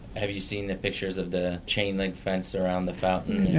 have you seen the pictures of the chain-link fence around the fountain?